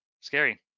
scary